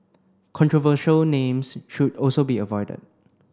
controversial names should also be avoided